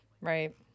Right